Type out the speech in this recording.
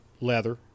leather